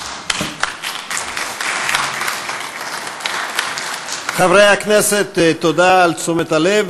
(מחיאות כפיים) חברי הכנסת, תודה על תשומת הלב.